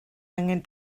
angen